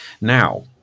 Now